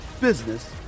business